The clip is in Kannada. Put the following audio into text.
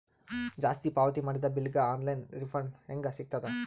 ಜಾಸ್ತಿ ಪಾವತಿ ಮಾಡಿದ ಬಿಲ್ ಗ ಆನ್ ಲೈನ್ ರಿಫಂಡ ಹೇಂಗ ಸಿಗತದ?